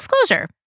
disclosure